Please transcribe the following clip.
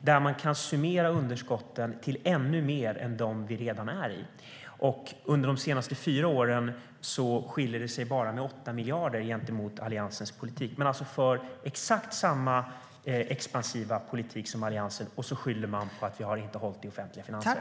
där man kan summera underskotten till ännu mer än de underskott vi redan har. Under de senaste fyra åren skiljer det bara 8 miljarder gentemot Alliansens politik. Man för alltså exakt samma expansiva politik som Alliansen, och så skyller man på att man inte har hållit i de offentliga finanserna.